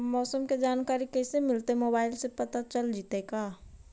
मौसम के जानकारी कैसे मिलतै मोबाईल से पता चल जितै का?